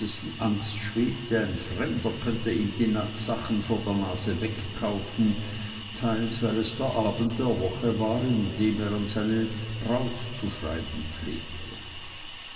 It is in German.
angst schwebte ein fremder könnte ihm die sachen vor der nase wegkaufen teils weil es der abend der woche war an dem er an seine braut zu schreiben pflegte